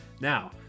Now